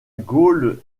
gaule